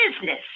business